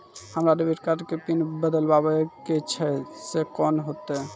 हमरा debit card के PIN बदलबावै के छैं से कौन होतै?